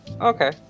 okay